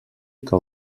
que